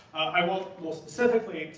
i want, more specifically,